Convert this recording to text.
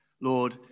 Lord